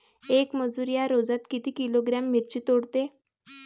येक मजूर या रोजात किती किलोग्रॅम मिरची तोडते?